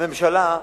הממשלה,